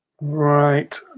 right